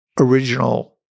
original